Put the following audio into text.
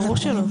ברור שלא.